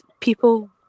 people